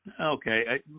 Okay